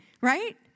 right